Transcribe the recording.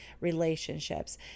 relationships